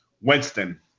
Winston